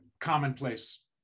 commonplace